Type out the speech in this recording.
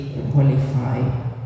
Qualify